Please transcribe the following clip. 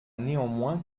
néanmoins